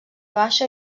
baixa